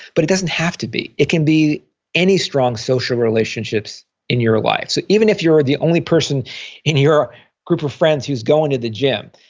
but it doesn't have to be. it can be any strong social relationships in your life. so even if you're the only person in your group of friends who's going to the gym,